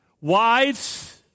Wives